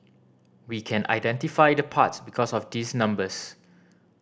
we can identify the parts because of these numbers